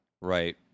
Right